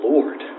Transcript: Lord